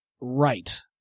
right